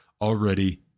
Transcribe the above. already